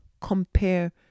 compare